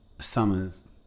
summers